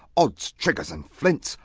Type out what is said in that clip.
odds triggers and flints!